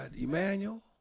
Emmanuel